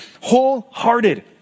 wholehearted